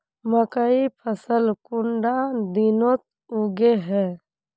मकई फसल कुंडा दिनोत उगैहे?